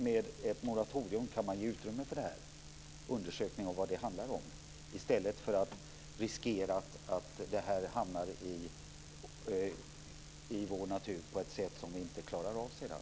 Med ett moratorium kan man ge utrymme för en undersökning av vad det handlar om i stället för att riskera att GMO hamnar i vår natur så att vi inte klarar av det sedan.